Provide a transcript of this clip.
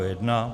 1.